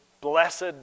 blessed